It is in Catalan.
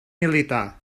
militar